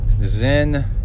Zen